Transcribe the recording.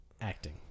acting